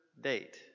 date